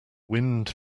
wind